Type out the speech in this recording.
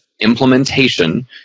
implementation